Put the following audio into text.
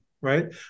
right